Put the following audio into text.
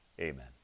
amen